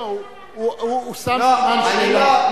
לא לא, הוא שם סימן שאלה.